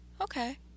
Okay